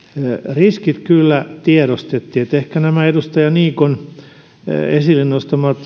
riskit kyllä tiedostettiin ehkä nämä edustaja niikon esille nostamat